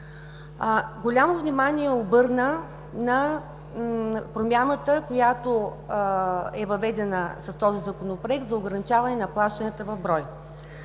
Голямо внимание обърна на промяната, която е въведена с този Законопроект, за ограничаване на плащанията в брой.